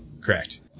Correct